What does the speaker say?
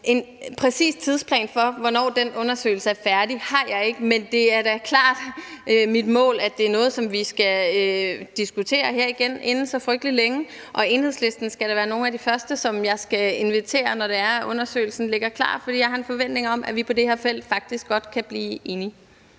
En præcis tidsplan for, hvornår den undersøgelse er færdig, har jeg ikke, men det er da klart mit mål, at det er noget, som vi skal diskutere her igen inden så frygtelig længe, og Enhedslisten skal da være nogle af de første, som jeg skal invitere, når undersøgelsen ligger klar, for jeg har en forventning om, at vi på det her felt faktisk godt kan blive enige.